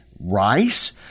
rice